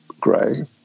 gray